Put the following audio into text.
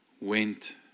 went